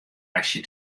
aksje